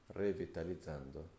revitalizzando